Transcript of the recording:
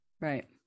Right